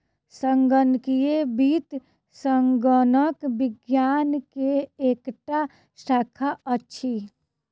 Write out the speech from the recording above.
संगणकीय वित्त संगणक विज्ञान के एकटा शाखा अछि